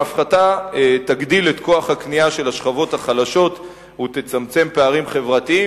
ההפחתה תגדיל את כוח הקנייה של השכבות החלשות ותצמצם פערים חברתיים.